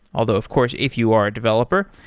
although of course if you are a developer,